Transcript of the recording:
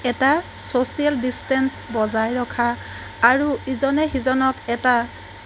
এটা social distance বজাই ৰখা আৰু ইজনে সিজনক এটা